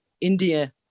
India